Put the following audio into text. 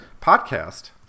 podcast